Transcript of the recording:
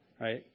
right